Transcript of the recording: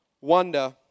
wonder